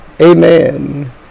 Amen